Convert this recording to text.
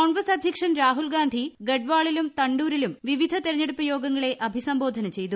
കോൺഗ്രസ് അദ്ധ്യക്ഷൻ രാഹുൽ ഗാന്ധി ഗഡ്വാളിലും തണ്ടൂരിലും വിവിധ തെരഞ്ഞെടുപ്പ് യോഗങ്ങളെ അഭിസംബോധന ചെയ്തു